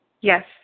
Yes